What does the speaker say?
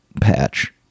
patch